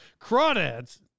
Crawdads